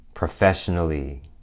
professionally